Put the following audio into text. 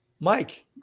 Mike